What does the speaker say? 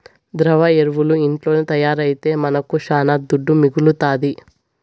ద్రవ ఎరువులు ఇంట్లోనే తయారైతే మనకు శానా దుడ్డు మిగలుతాది